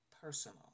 personal